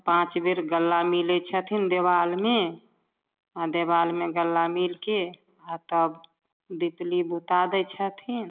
पाँच बेर गला मिलै छथिन देबालमे आओर देबालमे गला मिलिके आओर तब दिपली बुता दै छथिन